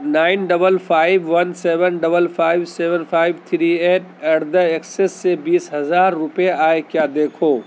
nine double five one seven double five seven five three eight eight دا Axis سے بیس ہزار روپیہ آئے کیا دیکھو